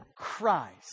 Christ